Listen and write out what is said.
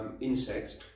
insects